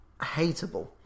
hateable